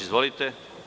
Izvolite.